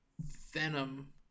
Venom